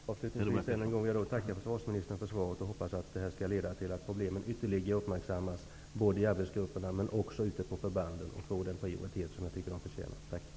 Herr talman! Jag tackar försvarsministern för detta svar. Jag hoppas att denna diskussion skall leda till att dessa problem ytterligare uppmärksammas både i arbetsgrupperna och ute på förbanden så att problemen får den prioritet som jag tycker att de förtjänar.